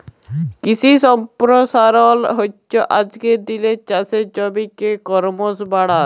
কিশি সম্পরসারল হচ্যে আজকের দিলের চাষের জমিকে করমশ বাড়াল